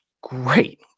great